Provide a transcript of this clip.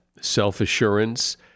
self-assurance